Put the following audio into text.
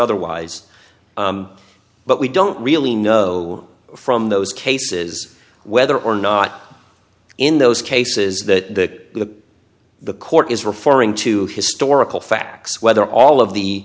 otherwise but we don't really know from those cases whether or not in those cases that the court is referring to historical facts whether all of the